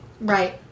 Right